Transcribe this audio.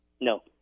No